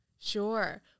Sure